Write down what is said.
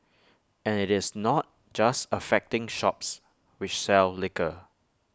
and IT is not just affecting shops which sell liquor